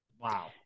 Wow